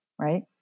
right